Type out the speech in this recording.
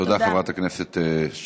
תודה, חברת הכנסת שפיר.